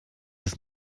ist